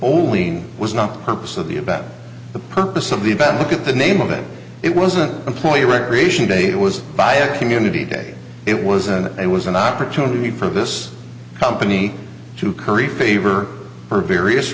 only was not the purpose of the about the purpose of the event look at the name of it it wasn't employee recreation day it was by a community day it was and it was an opportunity for this company to curry favor for various